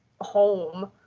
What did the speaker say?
home